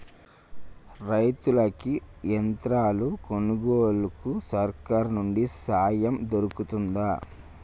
రైతులకి యంత్రాలు కొనుగోలుకు సర్కారు నుండి సాయం దొరుకుతదా?